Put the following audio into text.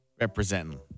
Representing